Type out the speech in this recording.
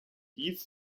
dies